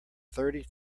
thirty